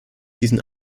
diesen